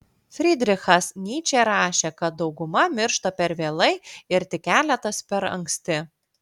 frydrichas nyčė rašė kad dauguma miršta per vėlai ir tik keletas per anksti